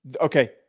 Okay